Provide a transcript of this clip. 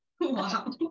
Wow